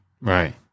Right